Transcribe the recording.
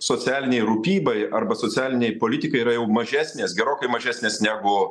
socialinei rūpybai arba socialinei politikai yra jau mažesnės gerokai mažesnės negu